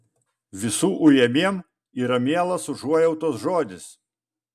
visų ujamiem yra mielas užuojautos žodis